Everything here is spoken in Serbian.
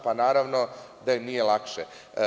Pa naravno da im nije lakše.